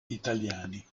italiani